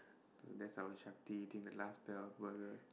and that's our Shakti eating the last pair of burger